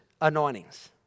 anointings